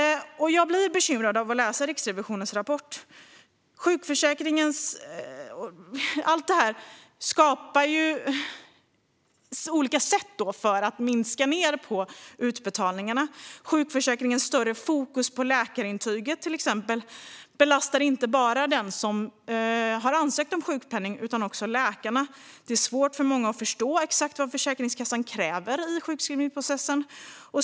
Jag blir bekymrad av att läsa Riksrevisionens rapport. Allt det här skapar olika sätt att minska utbetalningarna. Sjukförsäkringens större fokus på läkarintyg, till exempel, belastar inte bara den som har ansökt om sjukpenning utan också läkarna. Det är svårt för många att förstå exakt vad Försäkringskassan kräver i sjukskrivningsprocessen.